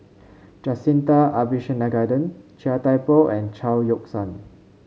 Jacintha Abisheganaden Chia Thye Poh and Chao Yoke San